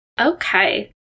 Okay